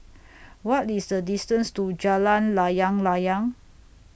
What IS The distance to Jalan Layang Layang